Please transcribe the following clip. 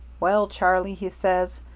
well, charlie he says,